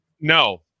No